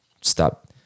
Stop